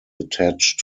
attached